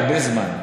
הרבה זמן,